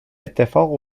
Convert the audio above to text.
اتفاق